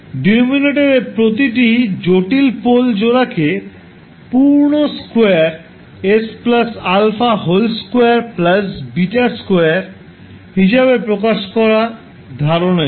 ডিনমিনেটরে প্রতিটি জটিল পোল জোড়াকে পূর্ণ স্কোয়ার s α 2 β2 হিসাবে প্রকাশ করার ধারণা এটি